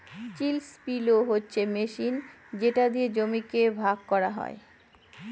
chisel plough হচ্ছে machine যেটা দিয়ে জমিকে ভাগ করা হয়